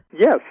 Yes